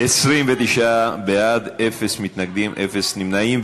29 בעד, אין מתנגדים, אין נמנעים.